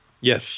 Yes